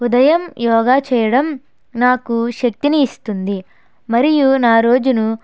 ఉదయం యోగా చేయడం నాకు శక్తిని ఇస్తుంది మరియు నా రోజును